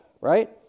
right